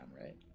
right